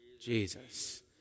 Jesus